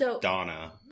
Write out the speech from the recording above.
Donna